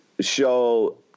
show